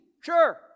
Sure